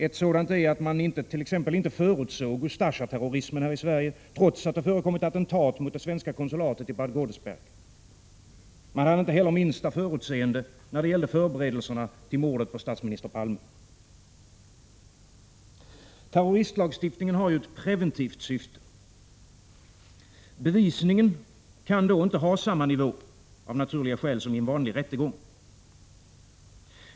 Ett sådant är att man inte förutsåg Ustasjaterrorismen här i Sverige, trots att det förekommit attentat mot det svenska konsulatet i Bad Godesberg. Man hade inte heller minsta förutseende när det gällde förberedelserna till mordet på statsminister Palme. Terroristlagstiftningen har ju ett preventivt syfte. Bevisningen kan då av naturliga skäl inte ha samma nivå som i en vanlig rättegång.